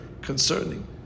concerning